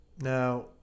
Now